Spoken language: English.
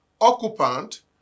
occupant